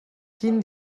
quin